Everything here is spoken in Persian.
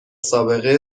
سابقه